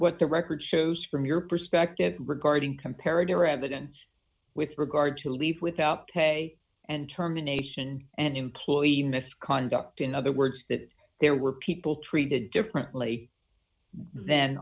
what the record shows from your perspective regarding comparative or evidence with regard to leave without pay and terminations and employee misconduct in other words that there were people treated differently than